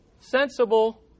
sensible